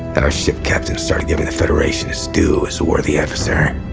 our ship captains started giving the federation its due as a worthy adversary.